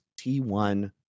T1